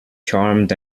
charmed